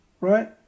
right